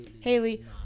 Haley